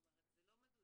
זאת אומרת, זה לא מדויק.